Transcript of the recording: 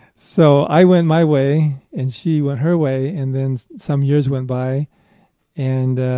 so i went my way, and she went her way, and then some years went by and